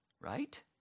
right